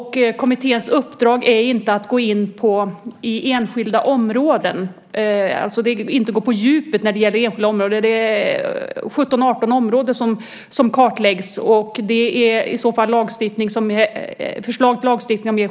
Kommitténs uppdrag är inte att gå på djupet inom enskilda områden. Det är 17-18 områden som kartläggs.